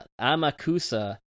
Amakusa